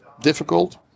difficult